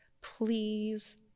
please